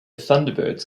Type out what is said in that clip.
thunderbirds